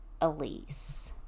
elise